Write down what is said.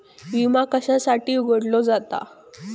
विमा कशासाठी उघडलो जाता?